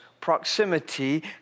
proximity